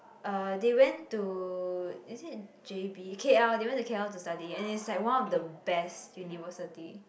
uh they went to is it J_B K_L they went to K_L to study and is like one of the best university